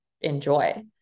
enjoy